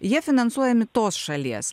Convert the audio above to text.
jie finansuojami tos šalies